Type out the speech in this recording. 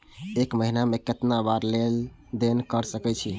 एक महीना में केतना बार लेन देन कर सके छी?